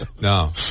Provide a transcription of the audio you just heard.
no